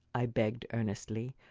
i begged earnestly,